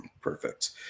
perfect